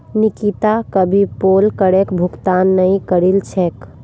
निकिता कभी पोल करेर भुगतान नइ करील छेक